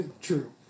True